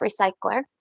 recycler